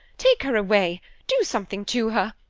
take her away do something to her.